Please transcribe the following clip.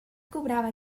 cobrava